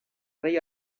rei